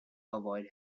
avoid